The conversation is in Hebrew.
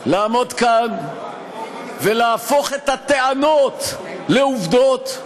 לעמוד כאן ולהפוך את הטענות לעובדות,